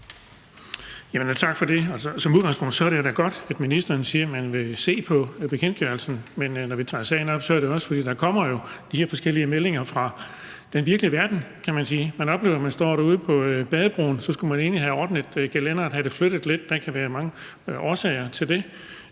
Som udgangspunkt er det da godt, at ministeren siger, at man vil se på bekendtgørelsen. Men når vi tager sagen op, er det også, fordi der jo kommer de her forskellige meldinger fra den virkelige verden, kan man sige. Man oplever, at man står ude på badebroen, og så skulle man egentlig have ordnet et gelænder, have det flyttet lidt – der kan være mange årsager til det